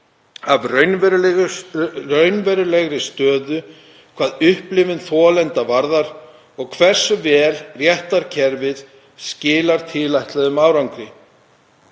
af raunverulegri stöðu hvað upplifun þolenda varðar og hversu vel réttarkerfið skilar tilætluðum árangri.